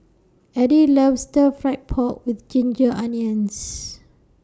Eddie loves Stir Fry Pork with Ginger Onions